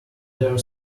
clear